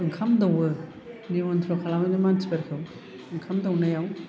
ओंखाम दौवो निमनत्र'न खालामो मानसिफोरखौ ओंखाम दौनायाव